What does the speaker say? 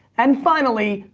and finally,